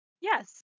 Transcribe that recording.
Yes